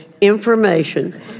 Information